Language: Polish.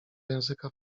języka